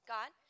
God